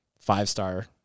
five-star